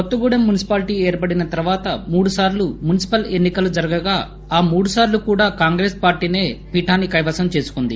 Kothagudem municipality ఏర్పడ్డ తరువాత మూడు సార్లు మున్సిపల్ ఎన్నికలు జరగగా మూడు సార్లు కాంగ్రెస్ పార్టీనే చైర్మన్ పీఠాన్ని కైవసం చేసుకుంది